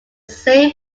same